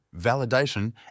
validation